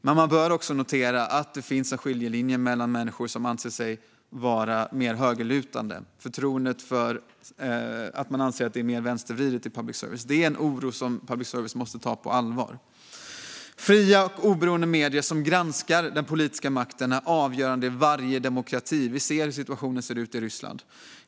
Men man bör också notera att det finns en skiljelinje i förtroendet hos människor som anser sig vara mer högerlutande och som anser det är mer vänstervridet i public service. Det är en oro som public service måste ta på allvar. Fria och oberoende medier som granskar den politiska makten är avgörande i varje demokrati. Vi ser hur situationen ser ut i Ryssland.